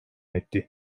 etti